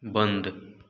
बंद